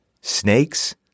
Snakes